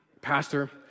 Pastor